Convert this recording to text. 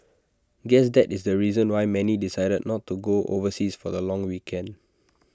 guess that is the reason why many decided not to go overseas for the long weekend